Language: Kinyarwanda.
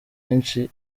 benshi